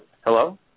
hello